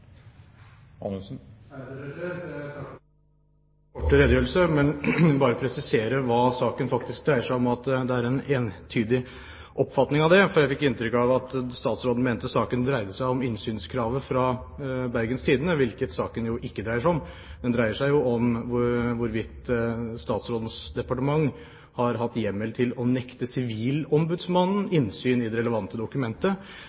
for statsrådens korte redegjørelse. Jeg vil bare presisere hva saken faktisk dreier seg, og at det er en entydig oppfatning av det. Jeg fikk inntrykk av at statsråden mente saken dreide seg om innsynskravet fra Bergens Tidende, hvilket saken jo ikke dreier seg om. Den dreier seg om hvorvidt statsrådens departement har hatt hjemmel til å nekte Sivilombudsmannen innsyn i det relevante dokumentet.